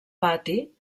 pati